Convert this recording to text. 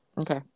Okay